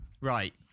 Right